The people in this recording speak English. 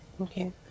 Okay